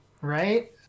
Right